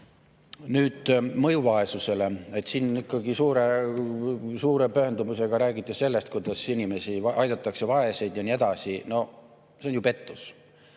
Nüüd, mõju vaesusele. Siin ikkagi suure pühendumusega räägiti sellest, kuidas inimesi aidatakse, vaeseid ja nii edasi. No see on ju pettus.